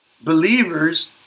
believers